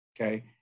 Okay